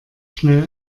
schnell